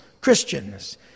Christians